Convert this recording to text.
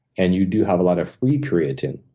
and you do have a lot of free creatine,